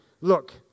look